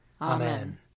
Amen